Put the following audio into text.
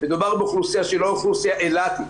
מדובר באוכלוסייה שהיא לא אוכלוסייה אילתית.